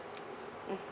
mm